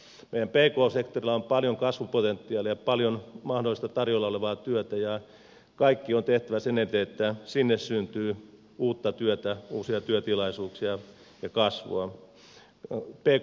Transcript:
meidän pk sektorilla on paljon kasvupotentiaalia ja paljon mahdollista tarjolla olevaa työtä ja kaikki on tehtävä sen eteen että sinne syntyy uutta työtä uusia työtilaisuuksia ja kasvua